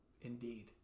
indeed